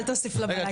אל תוסיף לבלגן,